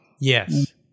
Yes